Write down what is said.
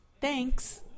Thanks